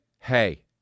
hey